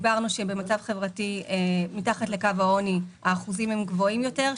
דיברנו על כך שבמצב חברתי-כלכלי מתחת לקו העוני האחוזים גבוהים יותר,